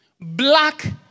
Black